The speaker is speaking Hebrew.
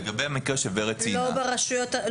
לא עם עובדי הרשויות.